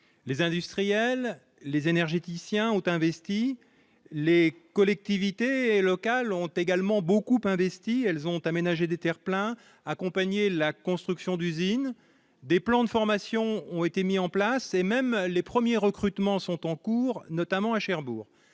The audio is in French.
les industriels, les énergéticiens ont investi les collectivités locales ont également beaucoup investi, elles ont aménagé des terre-pleins, la construction d'usines, des plans de formation ont été mis en place et même les premiers recrutements sont en cours, notamment à Cherbourg,